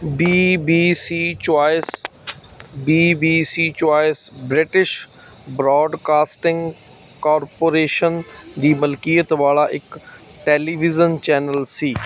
BBC choice BBC choice British broadcasting corporation ਦੀ ਮਲਕੀਅਤ ਵਾਲਾ ਇੱਕ ਟੈਲੀਵਿਜ਼ਨ ਚੈਨਲ ਸੀ